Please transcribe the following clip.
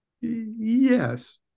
Yes